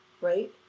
right